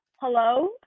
hello